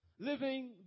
living